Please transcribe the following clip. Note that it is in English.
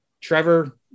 Trevor